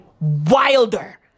wilder